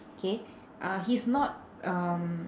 okay uh he's not um